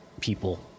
people